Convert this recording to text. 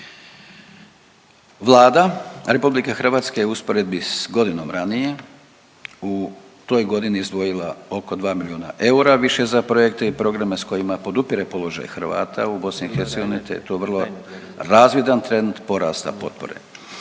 Vlada RH je u usporedbi s godinom ranije, u toj godini izdvojila oko 2 milijuna eura više za projekte i programe s kojima podupire položaj Hrvata u BIH i to vrlo razvidan trend porasta potpore.